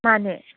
ꯃꯥꯅꯦ